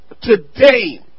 today